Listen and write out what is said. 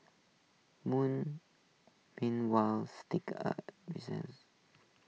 moon meanwhile steak A reasons